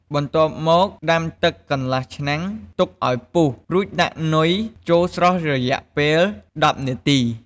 បន្ទាប់មកដាំទឹកកន្លះឆ្នាំងទុកឱ្យពុះ រួចដាក់នុយចូលស្រុះរយៈពេល១០នាទី។